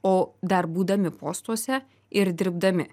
o dar būdami postuose ir dirbdami